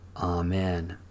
Amen